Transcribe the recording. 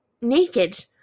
naked